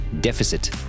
Deficit